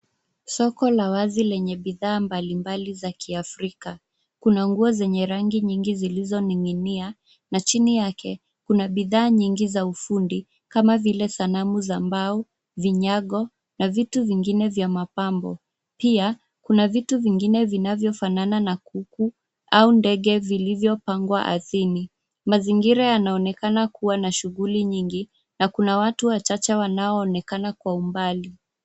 Soko la wazi lenye bidhaa mbalimbali za Kiafrika. Kuna nguo zenye rangi nyingi zilizo ninginia na chini yake kuna bidhaa nyingi za ufundi, kama vile sanamu za mbao, vinyago na vitu vingine vya mapambo. Pia kuna vitu vingine vinavyofanana na kuku au ndege vilivyopangwa ardhini. Mazingira yanaonekana kuwa na shughuli nyingi na kuna watu wachache wanaoonekana kwa umbali.